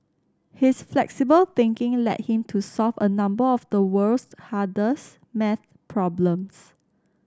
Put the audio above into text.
his flexible thinking led him to solve a number of the world's hardest maths problems